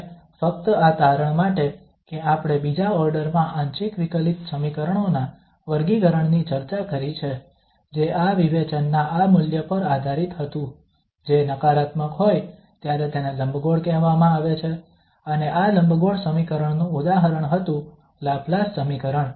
અને ફક્ત આ તારણ માટે કે આપણે બીજા ઓર્ડર માં આંશિક વિકલિત સમીકરણો ના વર્ગીકરણની ચર્ચા કરી છે જે આ વિવેચન ના આ મૂલ્ય પર આધારિત હતું જે નકારાત્મક હોય ત્યારે તેને લંબગોળ કહેવામાં આવે છે અને આ લંબગોળ સમીકરણનું ઉદાહરણ હતું લાપ્લાસ સમીકરણ